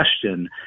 question